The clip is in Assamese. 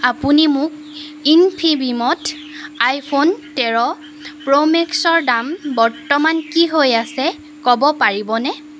আপুনি মোক ইনফিবিমত আইফোন তেৰ প্ৰ'মেক্সৰ দাম বৰ্তমান কি হৈ আছে ক'ব পাৰিবনে